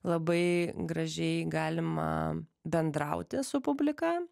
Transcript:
labai gražiai galima bendrauti su publika